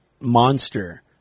monster